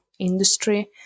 industry